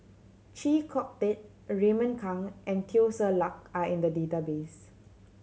Chee Kong Tet Raymond Kang and Teo Ser Luck are in the database